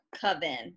Coven